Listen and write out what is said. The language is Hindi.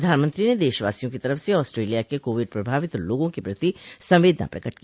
प्रधानमंत्री न देशवासियों की तरफ से ऑस्ट्रेलिया के कोविड प्रभावित लोगों के प्रति संवेदना प्रकट की